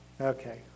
Okay